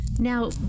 Now